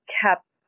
kept